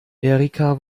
erika